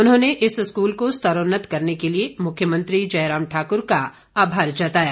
उन्होंने इस स्कूल को स्तरोन्नत करने के लिए मुख्यमंत्री जयराम ठाकुर का आभार जताया